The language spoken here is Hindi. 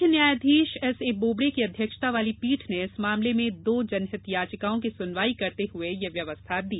मुख्य न्यायाधीश एसए बोबडे की अध्यक्षता वाली पीठ ने इस मामले में दो जनहितयाचिकाओं की सुनवाई करते हुए यह व्यवस्था दी